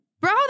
bro